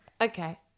Okay